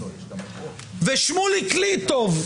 ושמוליק ליטוב,